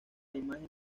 imagen